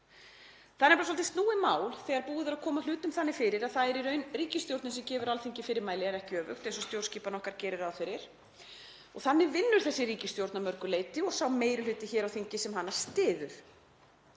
Það er svolítið snúið mál þegar búið er að koma hlutum þannig fyrir að það er í raun ríkisstjórnin sem gefur Alþingi fyrirmæli en ekki öfugt eins og stjórnskipan okkar gerir ráð fyrir. Þannig vinnur þessi ríkisstjórn að mörgu leyti og sá meiri hluti hér á þingi sem hana styður.